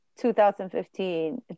2015